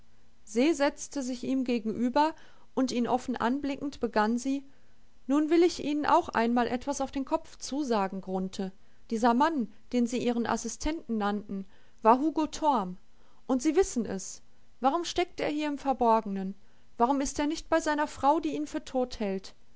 se setzte sich ihm gegenüber und ihn offen anblickend begann sie nun will ich ihnen auch einmal etwas auf den kopf zusagen grunthe dieser mann den sie ihren assistenten nannten war hugo torm und sie wissen es warum steckt er hier im verborgenen warum ist er nicht bei seiner frau die ihn für tot hält